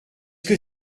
que